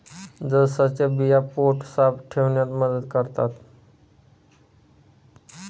जवसाच्या बिया पोट साफ ठेवण्यास मदत करतात